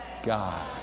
God